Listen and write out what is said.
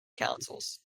councils